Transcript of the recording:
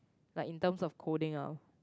like in term of coding out